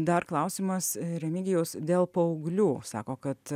dar klausimas remigijaus dėl paauglių sako kad